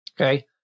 okay